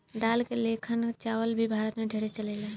दाल के लेखन चावल भी भारत मे ढेरे चलेला